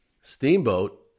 Steamboat